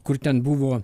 kur ten buvo